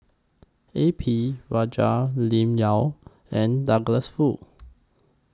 A P Rajah Lim Yau and Douglas Foo